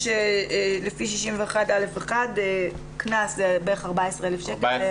לפי 61(א)(1) קנס, בערך 14,000 שקלים.